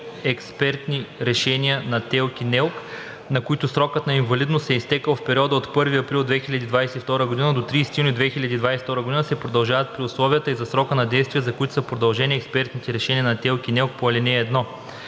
експертни решения на ТЕЛК и НЕЛК, на които срокът на инвалидност е изтекъл в периода от 1 април 2022 г. до 30 юни 2022 г., се продължава при условията и за срока на действие, за който са продължени експертните решения на ТЕЛК и НЕЛК по ал. 1.